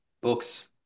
books